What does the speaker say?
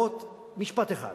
משפט אחד,